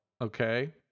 Okay